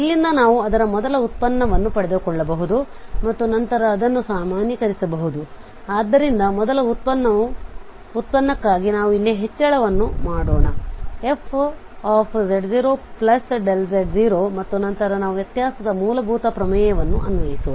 ಇಲ್ಲಿಂದ ನಾವು ಅದರ ಮೊದಲ ವ್ಯುತ್ಪನ್ನವನ್ನು ಪಡೆದುಕೊಳ್ಳಬಹುದು ಮತ್ತು ನಂತರ ಅದನ್ನು ಸಾಮಾನ್ಯೀಕರಿಸಬಹುದು ಆದ್ದರಿಂದ ಮೊದಲ ವ್ಯುತ್ಪನ್ನಕ್ಕಾಗಿ ನಾವು ಇಲ್ಲಿ ಹೆಚ್ಚಳವನ್ನು ಮಾಡೋಣ fz0z0 ಮತ್ತು ನಂತರ ನಾವು ವ್ಯತ್ಯಾಸದ ಮೂಲಭೂತ ಪ್ರಮೇಯವನ್ನು ಅನ್ವಯಿಸುವ